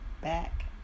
back